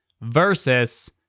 versus